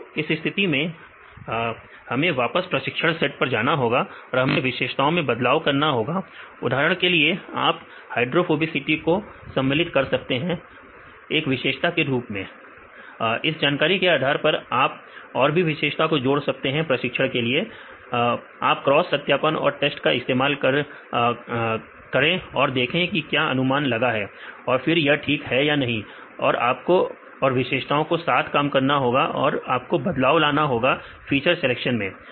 तो इस स्थिति में हमें वापस प्रशिक्षण सेट पर जाना होगा और हमें विशेषताओं में बदलाव करना होगा उदाहरण के लिए आप हाइड्रोफोबिसिटी को सम्मिलित कर सकते हैं एक विशेषता के रूप में इस जानकारी के आधार पर आप और भी विशेषताओं को जोड़ सकते हैं और प्रशिक्षण के लिए इस्तेमाल कर सकते हैं आप क्रॉस सत्यापन और टेस्ट का इस्तेमाल करें और देखें कि क्या अब अनुमान लगा सकते हैं तो फिर यह ठीक है नहीं तो आपको और विशेषताओं के साथ काम करना होगा और आपको बदलाव लाना होगा फीचर सिलेक्शन में